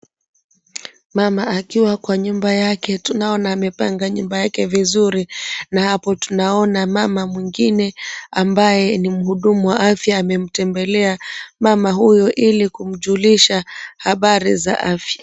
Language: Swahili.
Mama akiwa kwa nyumba yake. Tunaona amepanga nyumba yake vizuri na hapo tunaona mama mwingine ambaye ni mhudumu wa afya amemtembelea mama huyo ili kumjulisha habari za afya.